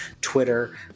Twitter